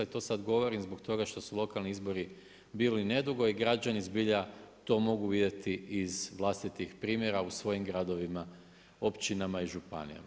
I to sad govorim zbog toga što su lokalni izbori bili nedugo i građani zbilja to mogu vidjeti iz vlastitih primjera u svojim gradovima, općinama i županijama.